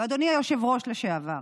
ואדוני היושב-ראש לשעבר,